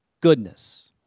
goodness